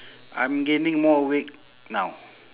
I'm gaining more weight now